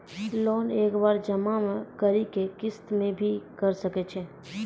Loan एक बार जमा म करि कि किस्त मे भी करऽ सके छि?